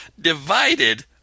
divided